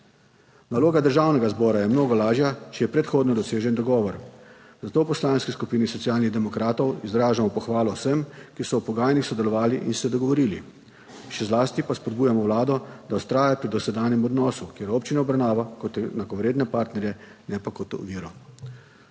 Naloga Državnega zbora je mnogo lažja, če je predhodno dosežen dogovor. Zato v Poslanski skupini Socialnih demokratov izražamo pohvalo vsem, ki so v pogajanjih sodelovali in se dogovorili, še zlasti pa spodbujamo vlado, da vztraja pri dosedanjem odnosu, kjer občine obravnava kot enakovredne partnerje, ne pa kot oviro.